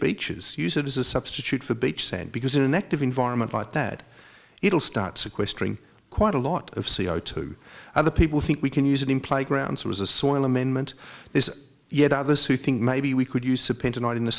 beaches use it as a substitute for beach sand because in a negative environment like that it'll start sequestering quite a lot of c o two other people think we can use it in playgrounds was a soil amendment this is yet others who think maybe we could use a painter not in the